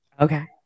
Okay